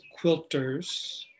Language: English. quilters